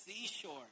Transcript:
seashore